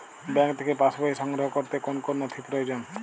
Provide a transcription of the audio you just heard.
Bank থেকে pass বই সংগ্রহ করতে কোন কোন নথি প্রয়োজন?